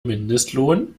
mindestlohn